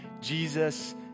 Jesus